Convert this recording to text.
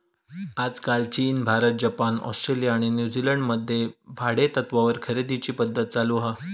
आजकाल चीन, भारत, जपान, ऑस्ट्रेलिया आणि न्यूजीलंड मध्ये भाडेतत्त्वावर खरेदीची पध्दत चालु हा